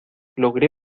logré